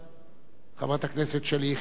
חברת הכנסת שלי יחימוביץ.